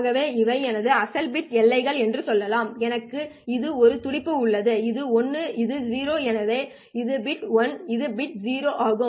ஆகவே இவை எனது அசல் பிட் எல்லைகள் என்று சொல்லலாம் எனக்கு இது ஒரு துடிப்பு உள்ளது இது 1 இது 0 எனவே இது பிட் 1 இது பிட் 0 ஆகும்